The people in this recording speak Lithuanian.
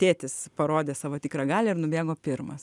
tėtis parodė savo tikrą galią ir nubėgo pirmas